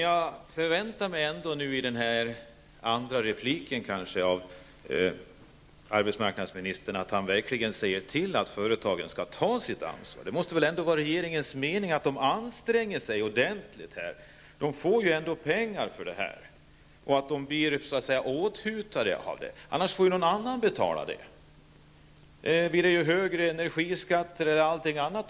Jag förväntar mig att arbetsmarknadsministern i sitt nästa inlägg säger att företagen verkligen skall ta sitt ansvar. Det måste väl ändå vara regeringens mening att företagen skall anstränga sig ordentligt i detta sammanhang? De får ju pengar för detta, och de borde åthutats, annars får någon annan betala detta. Det blir högre energiskatter och annat.